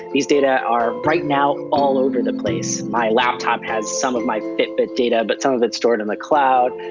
these data are right now all over the place. my laptop has some of my fitbit data but some of it's stored in the cloud.